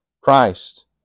Christ